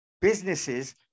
businesses